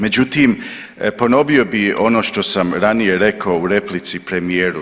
Međutim, ponovio bih ono što sam ranije rekao u replici premijeru.